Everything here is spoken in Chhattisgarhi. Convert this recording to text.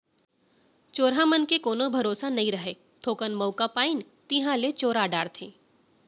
चोरहा मन के कोनो भरोसा नइ रहय, थोकन मौका पाइन तिहॉं ले चोरा डारथें